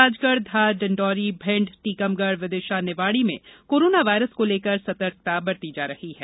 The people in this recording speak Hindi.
राजगढ़ धार डिंडोरी भिण्ड टीकमगढ़ विदिशा निवाड़ी में कोरोना वायरस को लेकर सतर्कता बरती जा रही है